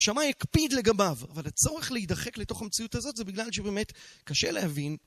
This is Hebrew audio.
שמע יקפיד לגביו, אבל הצורך להידחק לתוך המציאות הזאת זה בגלל שבאמת קשה להבין.